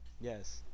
yes